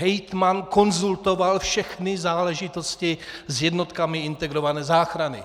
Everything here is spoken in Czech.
Hejtman konzultoval všechny záležitosti s jednotkami integrované záchrany.